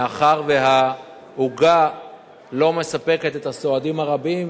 מאחר שהעוגה לא מספקת את הסועדים הרבים,